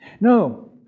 No